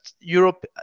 Europe